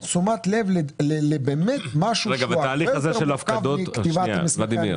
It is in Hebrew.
להסב תשומת לב למשהו שהוא הרבה יותר מורכב מכתיבת מסמכי המכרז.